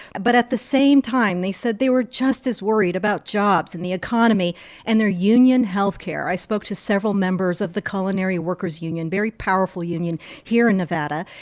but at the same time, they said they were just as worried about jobs and the economy and their union health care. i spoke to several members of the culinary workers union, very powerful union here in nevada,